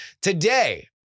today